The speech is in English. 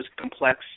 complex